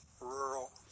rural